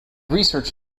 research